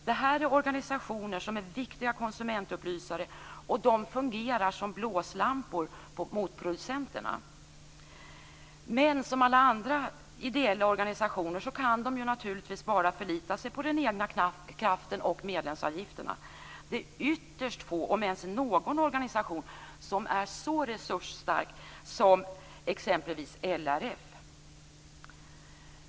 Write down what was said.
Det här är organisationer som är viktiga konsumentupplysare, och de fungerar som blåslampor på producenterna. Men som alla andra ideella organisationer kan de naturligtvis bara förlita sig på den egna kraften och medlemsavgifterna. Det är ytterst få organisationer, om ens någon, som är så resursstarka som exempelvis LRF.